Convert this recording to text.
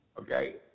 okay